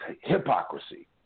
hypocrisy